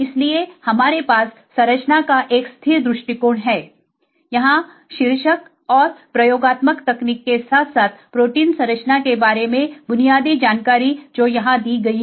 इसलिए हमारे पास संरचना का एक स्थिर दृष्टिकोण है यहां शीर्षक और प्रयोगात्मक तकनीक के साथ साथ प्रोटीन संरचना के बारे में बुनियादी जानकारी जो यहां दी गई है